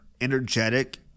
energetic